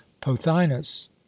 Pothinus